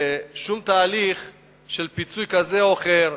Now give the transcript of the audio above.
שום תהליך של פיצוי כזה או אחר,